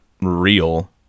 real